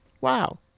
Wow